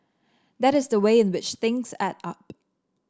that is the way in which things add up